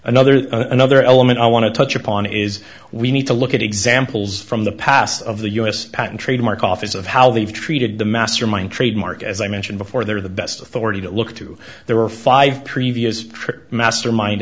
another another element i want to touch upon is we need to look at examples from the past of the us patent trademark office of how they've treated the mastermind trademark as i mentioned before they're the best authority to look to there were five previous trip mastermind